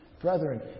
Brethren